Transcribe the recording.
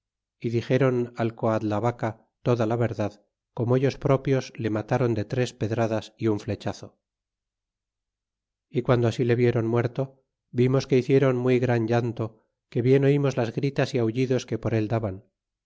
y dixéron al coadlavaca toda la verdad como ellos propios le mataron de tres pedradas y un flechazo y guando así le viéron muerto vimos que hiciéron muy gran llanto que bien oimos las gritas y auliidos que por él daban